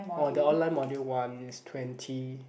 oh the online module one is twenty